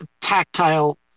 tactile